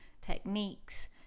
techniques